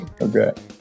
Okay